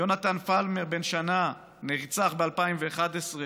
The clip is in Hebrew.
יונתן פלמר, בן שנה, נרצח ב-2011,